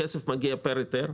הכסף מגיע פר היתר.